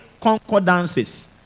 concordances